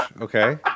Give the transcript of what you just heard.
okay